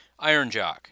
IronJock